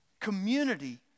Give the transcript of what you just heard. Community